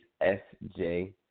S-J